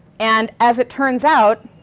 and as it turns out,